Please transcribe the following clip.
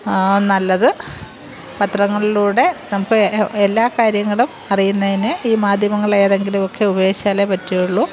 നല്ലത് പത്രങ്ങളിലൂടെ നമുക്ക് എല്ലാ കാര്യങ്ങളും അറിയുന്നതിന് ഈ മാധ്യമങ്ങൾ ഏതെങ്കിലും ഒക്കെ ഉപയോഗിച്ചാലേ പറ്റുള്ളൂ